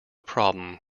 problem